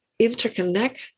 interconnect